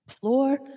Floor